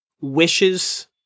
wishes